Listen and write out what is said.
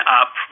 up